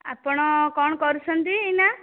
ଆପଣ କ'ଣ କରୁଛନ୍ତି ଏଇନା